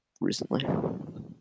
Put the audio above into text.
recently